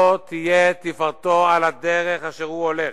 לא תהיה תפארתו על הדרך אשר הוא הולך.